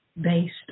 based